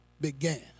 began